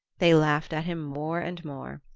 they laughed at him more and more.